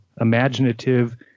imaginative